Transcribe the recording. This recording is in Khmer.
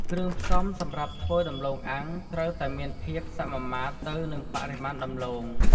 គ្រឿងផ្សំសម្រាប់ធ្វើដំឡូងអាំងត្រូវតែមានភាពសមាមាត្រទៅនឹងបរិមាណដំឡូង។